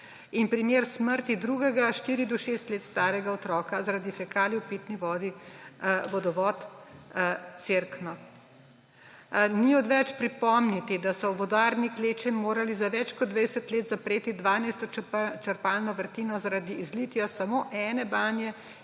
In primer smrti drugega, 4 do 6 let starega otroka zaradi fekalij v pitni vodi, vodovod Cerkno. Ni odveč pripomniti, da so v Vodarni Kleče morali za več kot 20 let zapreti 12. črpalno vrtino zaradi izlitja samo ene banje